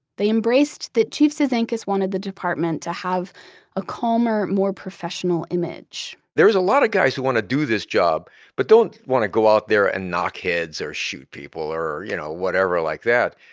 they embraced that chief cizanckas wanted the department to have a calmer, more professional image there is a lot of guys who want to do this job but don't want to go out there and knock heads or shoot people or you know whatever like that.